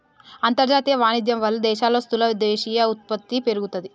అంతర్జాతీయ వాణిజ్యం వాళ్ళ దేశాల్లో స్థూల దేశీయ ఉత్పత్తి పెరుగుతాది